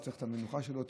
הוא צריך את המנוחה שלו,